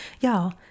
y'all